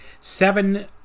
Seven